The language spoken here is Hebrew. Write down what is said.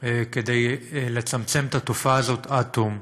כדי לצמצם את התופעה הזאת עד תום.